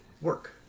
work